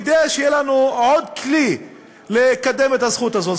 כדי שיהיה לנו עוד כלי לקדם את הזכות הזאת.